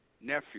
nephew